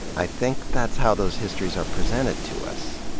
i think that's how those histories are presented to us,